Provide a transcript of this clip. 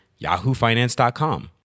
yahoofinance.com